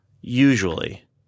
Usually